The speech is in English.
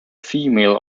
female